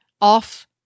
off